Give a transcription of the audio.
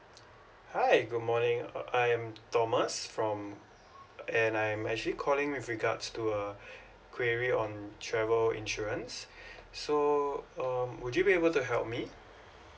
hi good morning uh I am thomas from and I'm actually calling with regards to uh query on travel insurance so um would you be able to help me